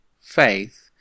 faith